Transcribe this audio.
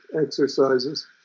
exercises